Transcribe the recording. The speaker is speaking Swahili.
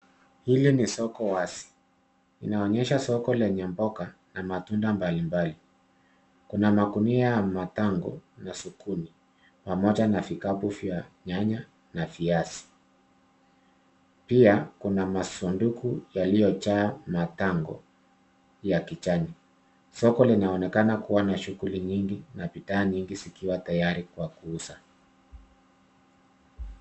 Hili ni soko wazi. Inaonyesha soko lenye mboga, na matunda mbalimbali. Kuna magunia ya matango, na zucchini , pamoja na vikapu vya nyanya, na viazi. Pia kuna masunduku yaliyojaa matango, ya kijani. Soko linaonekana kuwa na shughuli nyingi, na bidhaa nyingi zikiwa tayari kwa kuuza.